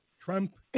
Trump